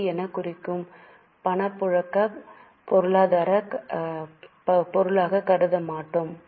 C எனக் குறிக்கும் பணப்புழக்கப் பொருளாக கருத மாட்டோம்